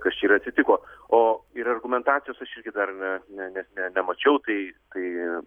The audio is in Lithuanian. kas čia ir atsitiko o ir argumentacijos aš irgi dar ne ne nes nemačiau tai tai